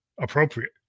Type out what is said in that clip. appropriate